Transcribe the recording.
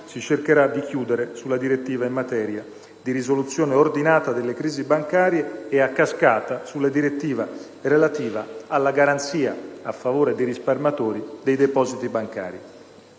si cercherà di chiudere un accordo sulla direttiva in materia di risoluzione ordinata delle crisi bancarie e, a cascata, sulla direttiva relativa alla garanzia, a favore dei risparmiatori, dei depositi bancari.